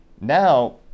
now